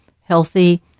healthy